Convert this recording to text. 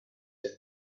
del